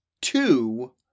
two